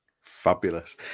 fabulous